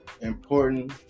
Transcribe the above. important